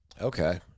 Okay